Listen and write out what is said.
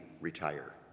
retire